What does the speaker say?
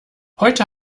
heute